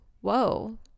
whoa